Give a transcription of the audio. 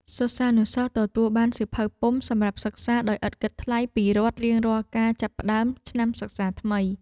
សិស្សានុសិស្សទទួលបានសៀវភៅពុម្ពសម្រាប់សិក្សាដោយឥតគិតថ្លៃពីរដ្ឋរៀងរាល់ការចាប់ផ្តើមឆ្នាំសិក្សាថ្មី។